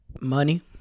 Money